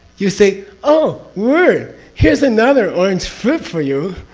you say, oh word, here's another orange fruit for you.